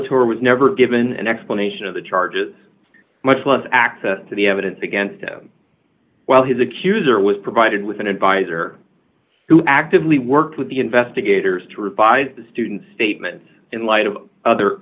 latour was never given an explanation of the charges much less access to the evidence against him while his accuser was provided with an advisor who actively worked with the investigators to revise the student's statement in light of other